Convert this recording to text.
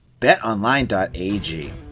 BetOnline.ag